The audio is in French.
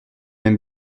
même